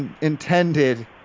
Intended